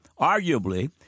Arguably